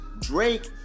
Drake